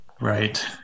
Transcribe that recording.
Right